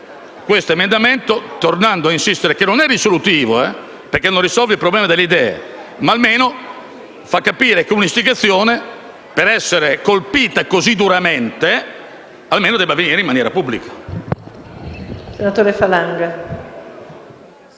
questo emendamento, tornando a insistere che non è risolutivo - perché non risolve il problema delle idee - ma almeno fa capire che un'istigazione per essere colpita così duramente quantomeno deve avvenire in maniera pubblica.